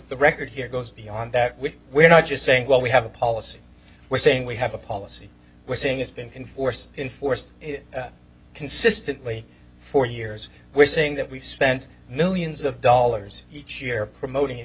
the record here goes beyond that when we're not just saying well we have a policy we're saying we have a policy we're saying it's been in force in force consistently for years we're saying that we've spent millions of dollars each year promoting